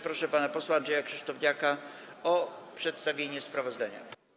Proszę pana posła Andrzeja Kosztowniaka o przedstawienie sprawozdania.